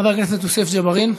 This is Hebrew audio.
חבר הכנסת יוסף ג'בארין,